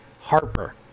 Harper